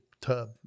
tub